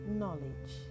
knowledge